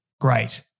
great